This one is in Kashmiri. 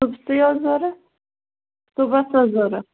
صُبحسٕے اوس ضروٗرت صُبَحس اوس ضروٗرت